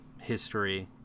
history